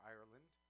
Ireland